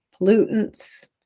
pollutants